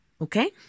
Okay